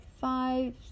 five